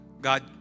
God